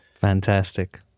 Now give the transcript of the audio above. Fantastic